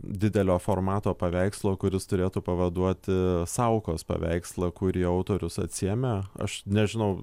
didelio formato paveikslo kuris turėtų pavaduoti saukos paveikslą kurį autorius atsiėmė aš nežinau